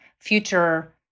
future